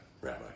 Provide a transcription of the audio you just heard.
rabbi